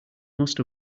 most